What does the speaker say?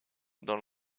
dans